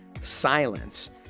silence